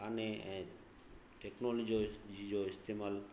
कान्हे ऐं टेक्नोलॉजी जो इस्तेमालु